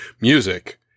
Music